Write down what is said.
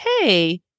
hey